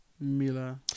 Mila